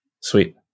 Sweet